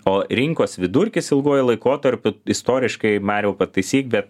o rinkos vidurkis ilguoju laikotarpiu istoriškai mariau pataisyk bet